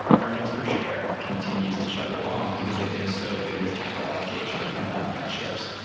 earnings per share continues to chug along because they've been so good with capital allocation and buying back shares.